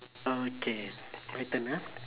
okay my turn ah